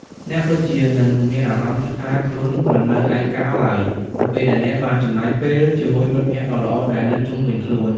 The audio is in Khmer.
អ្នកពិតជានឹងមានអារម្មណ៍ថាខ្លួនមិននៅឯកោឡើយនៅពេលដែលអ្នកបានចំណាយពេលជាមួយមិត្តភក្តិដ៏ល្អដែលនៅជុំវិញខ្លួន។